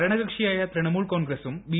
ഭരണ കക്ഷിയായ ത്രിണമൂൽ കോൺഗ്രസും ബി